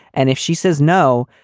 and if she says no,